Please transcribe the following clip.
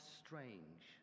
strange